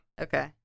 Okay